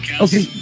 Okay